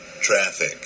traffic